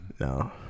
No